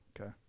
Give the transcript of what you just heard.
Okay